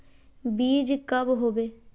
बीज कब होबे?